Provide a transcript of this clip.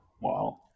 Wow